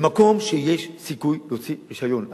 במקום שיש סיכוי להוציא רשיון.